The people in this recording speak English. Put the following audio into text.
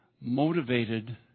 motivated